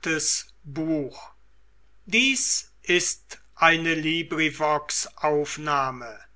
ist eine